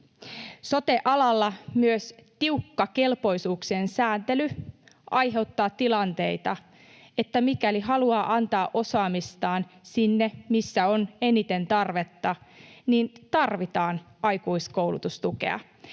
Sote-alalla myös tiukka kelpoisuuksien sääntely aiheuttaa tilanteita, että mikäli haluaa antaa osaamistaan sinne, missä on eniten tarvetta, niin tarvitaan aikuiskoulutustukea.